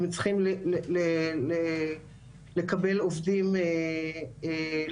הם צריכים לקבל עובדים לחיקם,